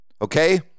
Okay